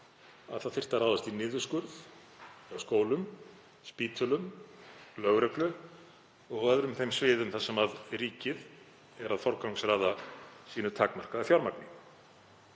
að ráðast þyrfti í niðurskurð hjá skólum, spítölum, lögreglu og á öðrum þeim sviðum þar sem ríkið er að forgangsraða sínu takmarkaða fjármagni.